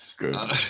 good